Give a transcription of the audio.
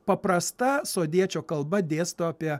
paprasta sodiečio kalba dėsto apie